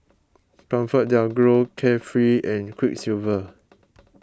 ComfortDelGro Carefree and Quiksilver